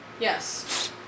Yes